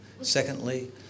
Secondly